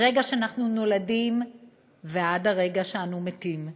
מרגע שאנחנו נולדים ועד הרגע שאנחנו מתים,